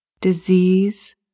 disease